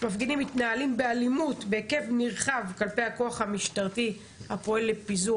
המפגינים מתנהלים באלימות בהיקף נרחב כלפי הכוח המשטרתי הפועל לפיזור